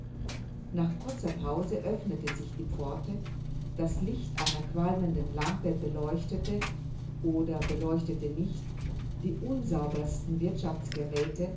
nach kurzer pause öffnete sich die pforte das licht einer qualmenden lampe beleuchtete oder beleuchtete nicht die